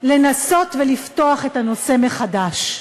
לנסות ולפתוח את הנושא מחדש.